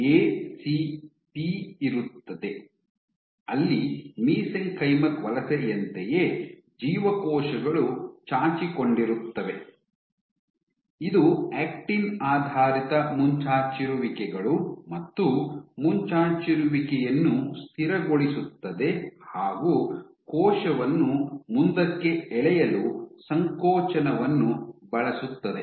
A C P ಇರುತ್ತದೆ ಅಲ್ಲಿ mesenchymal ವಲಸೆಯಂತೆಯೇ ಜೀವಕೋಶಗಳು ಚಾಚಿಕೊಂಡಿರುತ್ತವೆ ಇದು ಆಕ್ಟಿನ್ ಆಧಾರಿತ ಮುಂಚಾಚಿರುವಿಕೆಗಳು ಮತ್ತು ಮುಂಚಾಚಿರುವಿಕೆಯನ್ನು ಸ್ಥಿರಗೊಳಿಸುತ್ತದೆ ಹಾಗು ಕೋಶವನ್ನು ಮುಂದಕ್ಕೆ ಎಳೆಯಲು ಸಂಕೋಚನವನ್ನು ಬಳಸುತ್ತದೆ